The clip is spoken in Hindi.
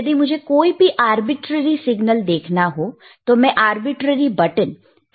यदि मुझे कोई भी आर्बिट्रेरी सिग्नल देखना है तो मैं आर्बिट्रेरी बटन प्रेस कर सकता हूं